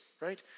right